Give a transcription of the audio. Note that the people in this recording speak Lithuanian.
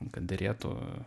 kad derėtų